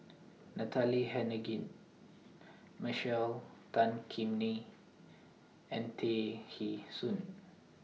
Natalie Hennedige Michael Tan Kim Nei and Tay Kheng Soon